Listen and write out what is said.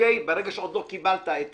ברגע שעוד לא קיבלת את